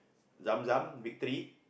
Zamzam Victory